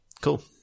Cool